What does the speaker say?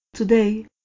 Today